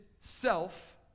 self